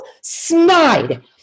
snide